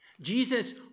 Jesus